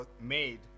made